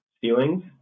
ceilings